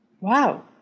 wow